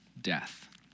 death